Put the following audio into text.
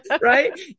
Right